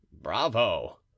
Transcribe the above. bravo